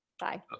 bye